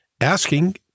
asking